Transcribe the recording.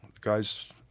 guys